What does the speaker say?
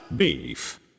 Beef